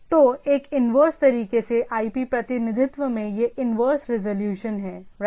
तो एक इन्वर्स तरीके से IP प्रतिनिधित्व में यह इन्वर्स रेजोल्यूशन है राइट